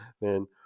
man